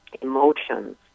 emotions